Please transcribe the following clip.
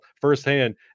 firsthand